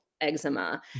eczema